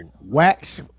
wax